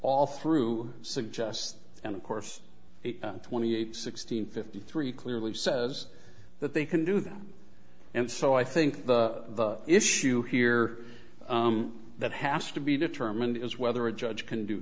all through suggest and of course twenty eight sixteen fifty three clearly says that they can do that and so i think the issue here that has to be determined is whether a judge can do